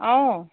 অ